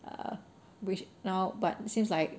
err which now but seems like